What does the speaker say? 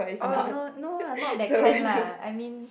oh no no ah not that kind lah I mean